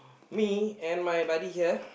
me and my buddy here